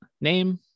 name